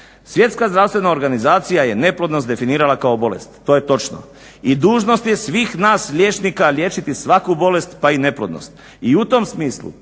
Svjetska zdravstvena organizacija je neplodnost definirala kao bolest. To je točno. I dužnost je svih nas liječnika liječiti svaku bolest, pa i neplodnost i u tom smislu